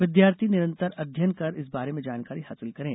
विद्यार्थी निरंतर अध्ययन कर इस बारे में जानकारी हासिल करें